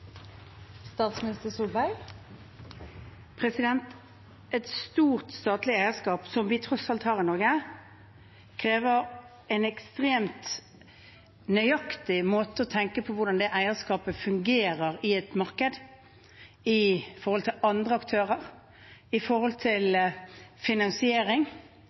Et stort statlig eierskap, som vi tross alt har i Norge, krever en ekstremt nøyaktig måte å tenke på når det gjelder hvordan det eierskapet fungerer i et marked, i forhold til andre aktører, i forhold til finansiering.